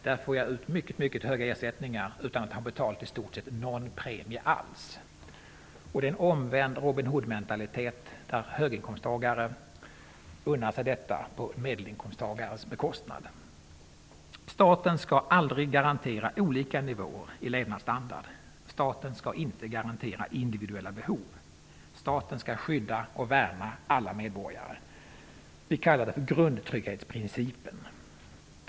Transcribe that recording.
Där får jag ut mycket mycket höga ersättningar utan att ha betalt i stort sett någon premie alls, och det är en omvänd Robin Hood-mentalitet när höginkomsttagare unnar sig detta på medelinkomsttagares bekostnad. Staten skall aldrig garantera olika nivåer i levnadsstandard. Staten skall inte garantera individuella behov. Staten skall skydda och värna alla medborgare. Vi kallar det för grundtrygghetsprincipen.